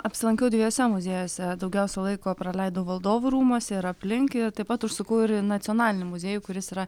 apsilankiau dviejuose muziejuose daugiausia laiko praleidau valdovų rūmuose ir aplink taip pat užsukau ir į nacionalinį muziejų kuris yra